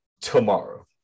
tomorrow